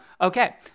Okay